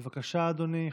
בבקשה, אדוני.